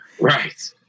Right